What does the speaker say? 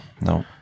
No